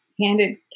handed